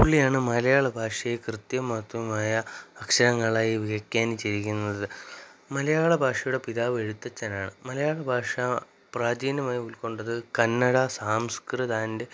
പുള്ളിയാണ് മലയാള ഭാഷയെ കൃത്യമാത്രമായ അക്ഷരങ്ങളായി വ്യാഖ്യാനം ചെയ്തിരിക്കുന്നത് മലയാള ഭാഷയുടെ പിതാവ് എഴുത്തച്ഛനാണ് മലയാള ഭാഷ പ്രാചീനയമായി ഉൾക്കൊണ്ടത് കന്നഡ സാംസ്കൃത ആൻഡ്